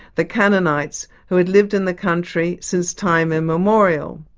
the canaanites, who had lived in the country since time immemorial.